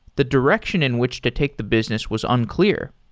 the direction in which to take the business was unclear.